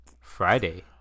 friday